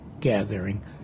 gathering